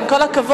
עם כל הכבוד,